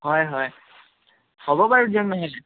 হয় হয় হ'ব বাৰু দিয়ক নহ'লে